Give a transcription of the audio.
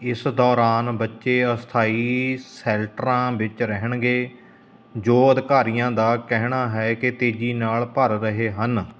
ਇਸ ਦੌਰਾਨ ਬੱਚੇ ਅਸਥਾਈ ਸੈਲਟਰਾਂ ਵਿੱਚ ਰਹਿਣਗੇ ਜੋ ਅਧਿਕਾਰੀਆਂ ਦਾ ਕਹਿਣਾ ਹੈ ਕਿ ਤੇਜ਼ੀ ਨਾਲ ਭਰ ਰਹੇ ਹਨ